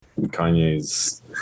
kanye's